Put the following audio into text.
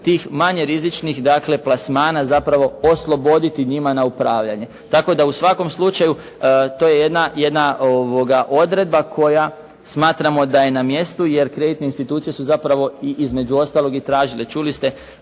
tih manje rizičnih dakle plasmana zapravo osloboditi njima na upravljanje. Tako da u svakom slučaju to je jedna odredba koja smatramo da je na mjestu, jer kreditne institucije su zapravo i između ostaloga i tražile. Čuli ste